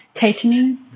tightening